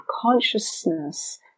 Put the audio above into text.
consciousness